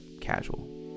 casual